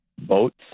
boats